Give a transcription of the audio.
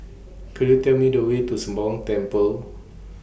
Could YOU Tell Me The Way to Sembawang Temple